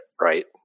right